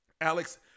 Alex